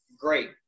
great